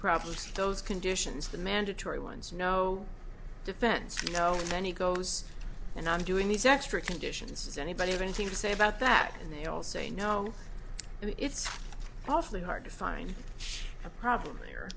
problems those conditions the mandatory ones no defense you know when he goes and i'm doing these extra conditions anybody have anything to say about that and they all say no and it's awfully hard to find a problem here